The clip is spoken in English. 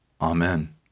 Amen